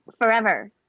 Forever